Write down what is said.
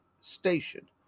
station